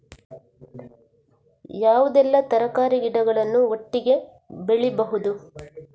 ಯಾವುದೆಲ್ಲ ತರಕಾರಿ ಗಿಡಗಳನ್ನು ಒಟ್ಟಿಗೆ ಬೆಳಿಬಹುದು?